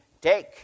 take